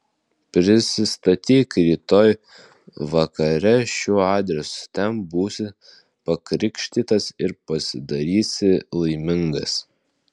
prisistatyk rytoj vakare šiuo adresu ten būsi pakrikštytas ir pasidarysi laimingas